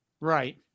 Right